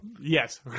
Yes